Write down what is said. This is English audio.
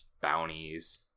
bounties